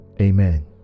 amen